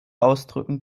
ausdrücken